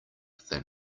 than